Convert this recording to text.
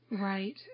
Right